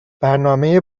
برنامه